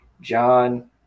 John